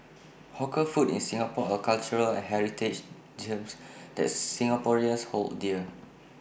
hawker food in Singapore are cultural and heritage gems that Singaporeans hold dear